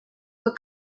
were